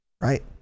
right